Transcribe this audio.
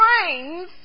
trains